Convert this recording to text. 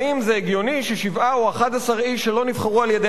האם זה הגיוני ששבעה או 11 איש שלא נבחרו על-ידי